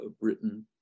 Britain